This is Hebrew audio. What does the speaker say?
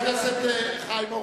יש הסתייגות לחלופין.